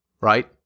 right